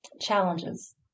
challenges